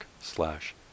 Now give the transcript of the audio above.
slash